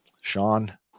Sean